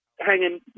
hanging